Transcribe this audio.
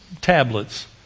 tablets